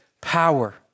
power